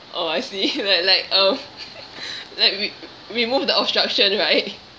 oh I see like like uh like re~ remove the obstruction right